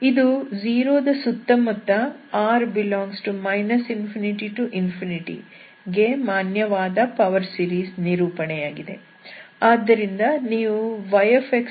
ಇದು 0 ದ ಸುತ್ತಮುತ್ತ r∈ ∞∞ ಗೆ ಮಾನ್ಯವಾದ ಪವರ್ ಸೀರೀಸ್ ನಿರೂಪಣೆಯಾಗಿದೆ